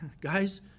guys